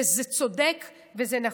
וזה צודק וזה נכון.